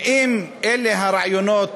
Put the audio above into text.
ואם אלה הרעיונות,